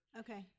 okay